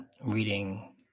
reading